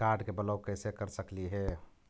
Card के block कैसे कर सकली हे?